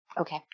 Okay